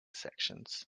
sections